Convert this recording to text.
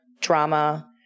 drama